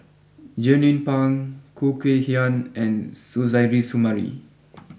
Jernnine Pang Khoo Kay Hian and Suzairhe Sumari